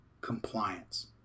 compliance